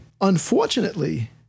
Unfortunately